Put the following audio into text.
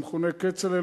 המכונה כצל'ה,